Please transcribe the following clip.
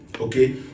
Okay